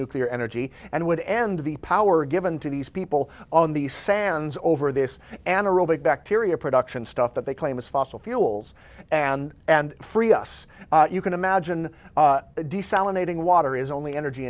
nuclear energy and would and the power given to these people on the sands over this anaerobic bacteria production stuff that they claim is fossil fuels and and free us you can imagine desalinating water is only energy